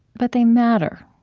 but they matter.